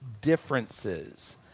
differences